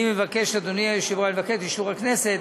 אני מבקש את אישור הכנסת,